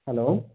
hello